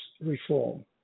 reform